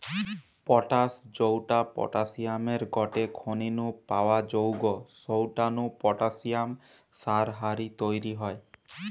potash জউটা পটাশিয়ামের গটে খনি নু পাওয়া জউগ সউটা নু পটাশিয়াম সার হারি তইরি হয়